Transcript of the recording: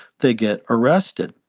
they get arrested.